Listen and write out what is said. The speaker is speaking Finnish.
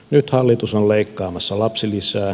nyt hallitus on leikkaamassa lapsilisää